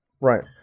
right